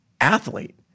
athlete